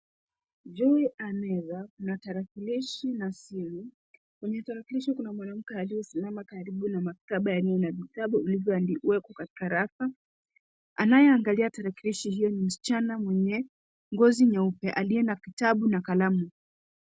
Juu ya meza kuna tarakilishi na simu. Kwenye tarakilishi kuna mwanamke aliyesimama karibu na maktaba yaliyo na vitabu vilivyowekwa katika rafa. Anayeangalia tarakilishi hiyo ni msichana mwenye ngozi nyeupe aliye na kitabu na kalamu.